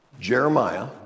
Jeremiah